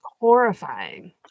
horrifying